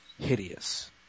hideous